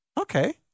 Okay